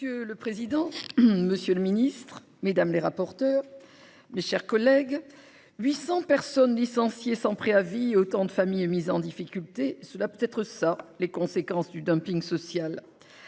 Monsieur le président, monsieur le secrétaire d'État, mes chers collègues, 800 personnes licenciées sans préavis et autant de familles mises en difficulté : telles peuvent être les conséquences du dumping social.